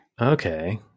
okay